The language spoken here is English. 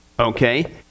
Okay